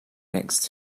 next